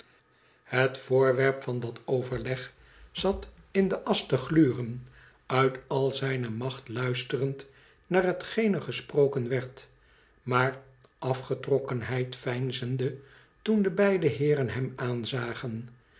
het voorwerp van dat overleg zat in de asch te gluren uit al zijne macht luisterend naar hetgeen er gesproken werd maar afgetrokkenheid veinzende toen de beide heeren hem aanzagen